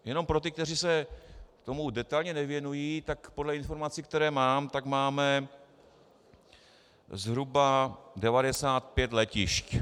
Jenom pro ty, kteří se tomu detailně nevěnují, tak podle informací, které mám, máme zhruba 95 letišť.